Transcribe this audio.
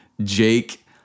Jake